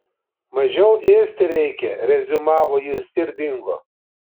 mažiau ėsti reikia reziumavo jis ir dingo